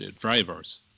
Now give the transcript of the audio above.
drivers